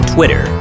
Twitter